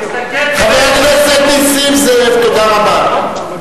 תסתכל, חבר הכנסת נסים זאב, תודה רבה.